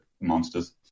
monsters